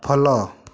follow